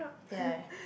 ya